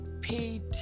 paid